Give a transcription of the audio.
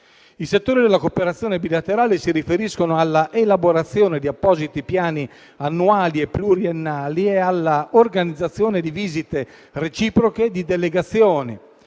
I settori della cooperazione bilaterale si riferiscono all'elaborazione di appositi piani annuali e pluriennali, all'organizzazione di visite reciproche di delegazioni,